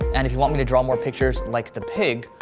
and if you want me to draw more pictures like the pig,